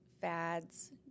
fads